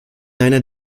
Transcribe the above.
einer